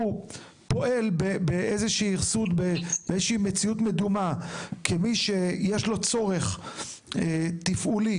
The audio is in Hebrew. הוא פועל באיזושהי מציאות מדומה כמי שיש לו צורך תפעולי